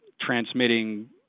transmitting